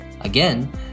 Again